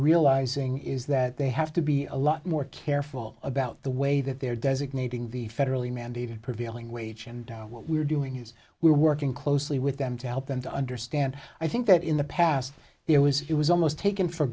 realizing is that they have to be a lot more careful about the way that they're designating the federally mandated prevailing wage and what we're doing is we're working closely with them to help them to understand i think that in the past it was it was almost taken for